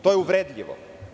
To je uvredljivo.